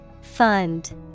Fund